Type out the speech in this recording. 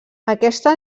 aquesta